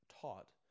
taught